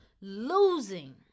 Losing